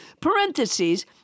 parentheses